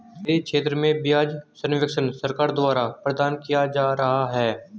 dairy क्षेत्र में ब्याज सब्वेंशन सरकार द्वारा प्रदान किया जा रहा है